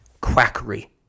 quackery